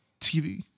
TV